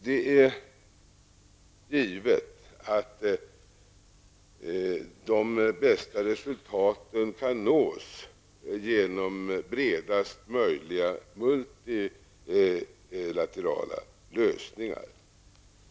Det är givet att de bästa resultaten kan nås genom bredast möjliga multilaterala lösningar.